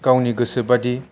गावनि गोसोबादि